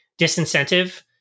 disincentive